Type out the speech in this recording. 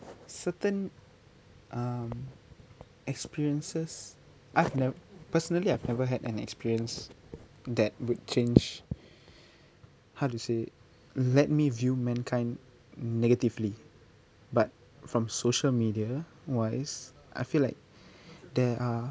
certain um experiences I've ne~ personally I've never had an experience that would change how to say let me view mankind negatively but from social media wise I feel like there are